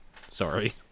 Sorry